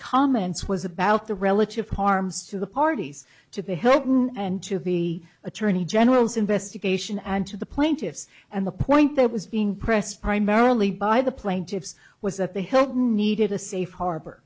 comments was about the relative harms to the parties to be heard and to be attorney general's investigation and to the plaintiffs and the point that was being pressed primarily by the plaintiffs was that they had needed a safe harbo